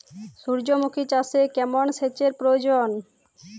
সূর্যমুখি চাষে কেমন সেচের প্রয়োজন?